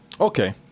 Okay